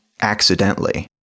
accidentally